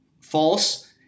False